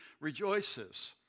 rejoices